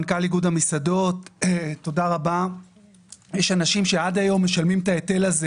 מנכ"ל איגוד המסעדות שעד היום משלמים את ההיטל הזה